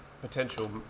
potential